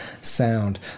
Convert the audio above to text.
sound